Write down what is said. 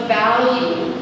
value